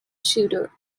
shooter